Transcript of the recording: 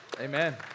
Amen